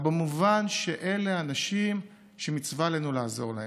במובן שאלה אנשים שמצווה עלינו לעזור להם.